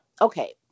Okay